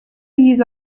use